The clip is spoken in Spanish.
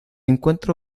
encuentra